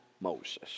Moses